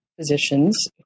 physicians